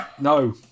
No